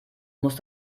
muss